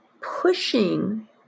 pushing